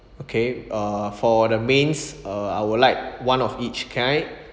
okay uh for the mains uh I would like one of each can I